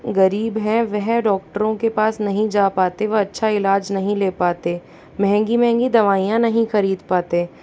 गरीब हैं वह डॉक्टरों के पास नहीं जा पाते वह अच्छा इलाज नहीं ले पाते महंगी महंगी दवाइयां नहीं खरीद पाते